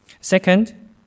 Second